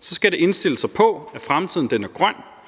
skal det indstille sig på, at fremtiden er grøn,